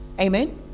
Amen